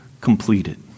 completed